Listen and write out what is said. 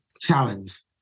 challenge